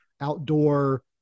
outdoor